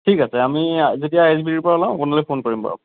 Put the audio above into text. ঠিক আছে আমি যেতিয়া আই এচ বি টিৰ পৰা ওলাও আপোনালৈ ফোন কৰিম বাৰু